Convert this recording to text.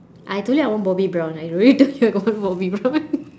I told you I want bobbi brown I already told you I got one bobbi brown